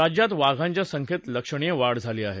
राज्यात वाघांच्या संख्येत लक्षणीय वाढ झाली आहे